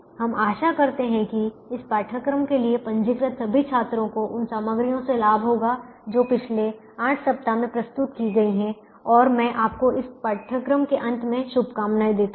हम आशा करते हैं कि इस पाठ्यक्रम के लिए पंजीकृत सभी छात्रों को उन सामग्रियों से लाभ होगा जो पिछले 8 सप्ताह में प्रस्तुत की गई हैं और मैं आपको इस पाठ्यक्रम के अंत में शुभकामनाएं देता हूं